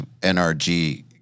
NRG